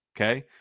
okay